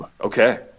Okay